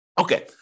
Okay